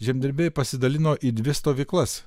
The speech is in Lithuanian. žemdirbiai pasidalino į dvi stovyklas